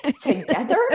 together